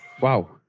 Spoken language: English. wow